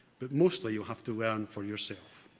but mostly you have to learn for yourself.